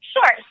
Sure